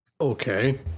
Okay